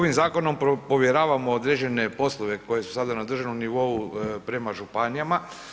Ovim zakonom povjeravamo određene poslove koje su sada na državnom nivou prema županijama.